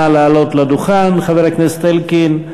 נא לעלות לדוכן, חבר הכנסת אלקין.